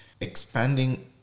expanding